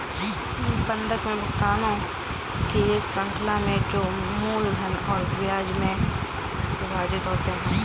बंधक में भुगतानों की एक श्रृंखला में जो मूलधन और ब्याज में विभाजित होते है